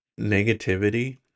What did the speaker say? negativity